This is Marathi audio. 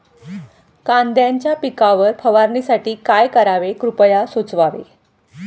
कांद्यांच्या पिकावर फवारणीसाठी काय करावे कृपया सुचवावे